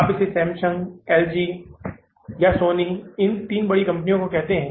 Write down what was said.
आप इसे Samsung LG या सोनी इन तीन बड़ी कंपनी कहते हैं